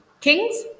kings